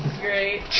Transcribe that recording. Great